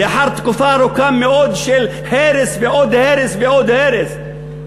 לאחר תקופה ארוכה מאוד של הרס ועוד הרס ועוד הרס.